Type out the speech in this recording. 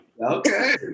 Okay